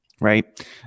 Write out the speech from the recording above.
right